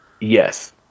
Yes